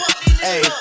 hey